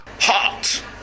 hot